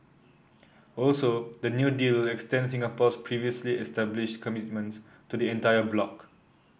also the new deal will extend Singapore's previously established commitments to the entire bloc